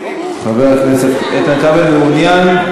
חבר הכנסת איתן כבל, מעוניין?